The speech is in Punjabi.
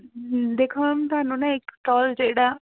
ਦੇਖੋ ਮੈਮ ਤੁਹਾਨੂੰ ਨਾ ਇੱਕ ਸਟੋਲ ਜਿਹੜਾ